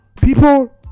people